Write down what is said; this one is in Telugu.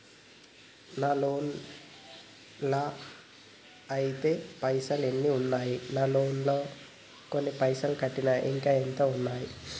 నా లోన్ లా అత్తే కట్టే పైసల్ ఎన్ని ఉన్నాయి నా లోన్ లా కొన్ని పైసల్ కట్టిన ఇంకా ఎంత ఉన్నాయి?